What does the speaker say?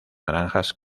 naranjas